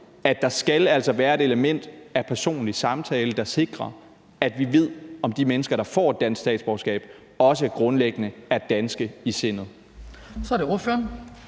at der altså skal være et element af personlig samtale, der sikrer, at vi ved, om de mennesker, der får dansk statsborgerskab, også grundlæggende er danske i sindet.